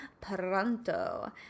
pronto